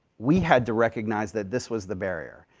we had to recognize that this was the barrier,